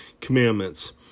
commandments